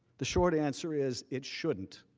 the short answer is it shouldn't.